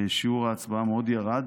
שיעור ההצבעה מאוד ירד.